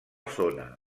zona